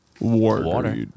Water